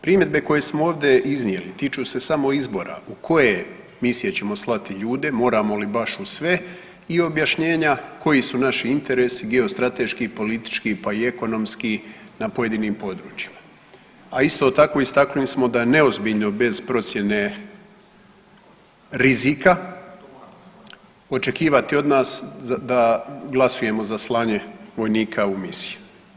Primjedbe koje smo ovdje iznijeli tiču se samo izbora u koje misije ćemo slati ljude, moramo li baš u sve i objašnjenja koji su naši interesi geostrateški, politički, pa i ekonomski na pojedinim područjima, a isto tako istaknuli smo da je neozbiljno bez procjene rizika očekivati od nas da glasujemo za slanje vojnika u misije.